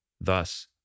Thus